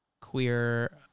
queer